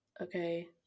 okay